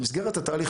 במסגרת התהליך,